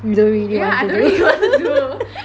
you don't really want to do